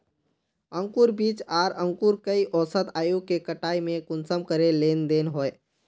अंकूर बीज आर अंकूर कई औसत आयु के कटाई में कुंसम करे लेन देन होए?